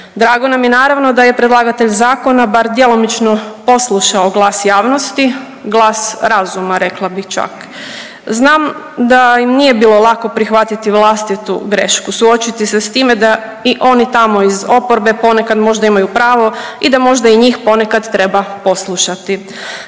Drago nam je, naravno, da je predlagatelj zakona bar djelomično poslušao glas javnosti, glas razuma, rekla bih čak. Znam da nije bilo lako prihvatiti vlastitu grešku, suočiti se s time da i oni tamo iz oporbe ponekad možda imaju pravo i da možda i njih ponekad treba poslušati.